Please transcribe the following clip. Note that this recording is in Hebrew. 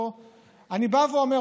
זה נגמר.